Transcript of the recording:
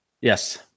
Yes